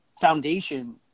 foundation